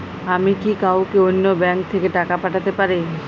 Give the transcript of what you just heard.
আমি কি কাউকে অন্য ব্যাংক থেকে টাকা পাঠাতে পারি?